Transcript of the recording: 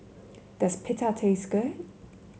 does Pita taste good